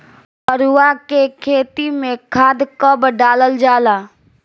मरुआ के खेती में खाद कब डालल जाला?